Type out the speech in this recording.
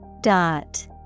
Dot